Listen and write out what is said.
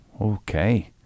okay